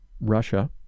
Russia